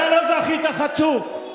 אתה לא זכית, חצוף.